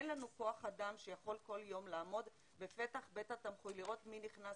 אין לנו כוח אדם שיכול כל יום לעמוד בפתח בית התמחוי ולראות מי נכנס